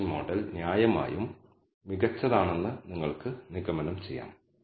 മോഡലിൽ നിലനിർത്തുന്നതിനുള്ള ഒരു പ്രധാന പരാമീറ്ററാണ് സ്ലോപ്പ്